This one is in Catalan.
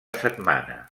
setmana